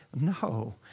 no